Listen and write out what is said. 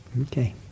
Okay